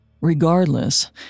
Regardless